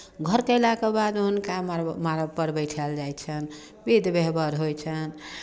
घर कयलाके बाद हुनका मड़ब माड़बपर बैठायल जाइ छनि विधि व्यवहार होइ छनि